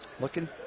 looking